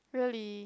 really